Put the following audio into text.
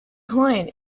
client